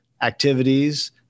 Activities